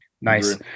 Nice